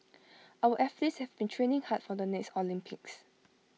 our athletes have been training hard for the next Olympics